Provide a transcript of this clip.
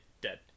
Dead